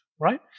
Right